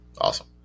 Awesome